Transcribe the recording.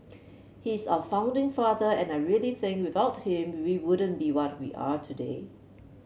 he's our founding father and I really think without him we wouldn't be what we are today